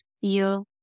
feel